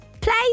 play